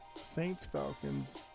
Saints-Falcons